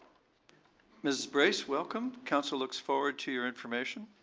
ms. brace, welcome. council looks forward to your information.